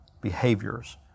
behaviors